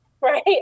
right